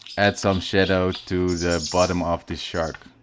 add some shadow to the bottom of this shark